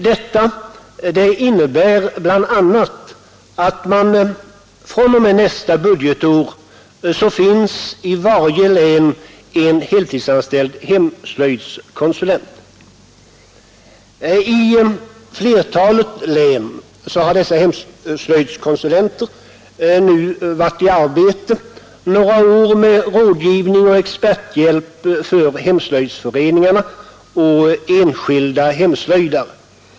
Detta innebär bl.a. att det fr.o.m. nästa budgetår i varje län finns en heltidsanställd hemslöjdskonsulent. I flertalet län har dessa hemslöjdskonsulenter nu varit i arbete några år med rådgivning och experthjälp till hemslöjdsföreningarna och enskilda hemslöjdare.